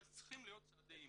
אבל צריכים להיות צעדי אמון.